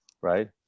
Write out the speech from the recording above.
right